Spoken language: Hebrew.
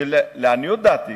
שלעניות דעתי,